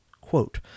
Quote